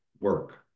work